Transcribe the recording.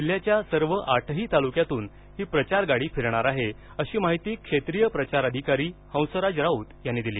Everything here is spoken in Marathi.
जिल्ह्याच्या सर्व आठही तालुक्यातून ही प्रचार गाडी फिरणार आहे अशी माहिती क्षेत्रीय प्रचार अधिकारी हंसराज राऊत यांनी दिली